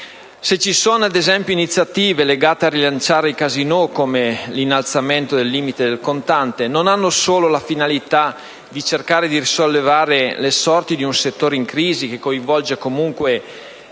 Quindi, le iniziative legate al rilancio dei casinò, come l'innalzamento del limite del contante, hanno non solo la finalità di cercare di risollevare le sorti di un settore in crisi, che coinvolge più